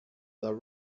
that